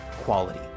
quality